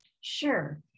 Sure